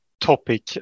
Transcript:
topic